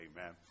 amen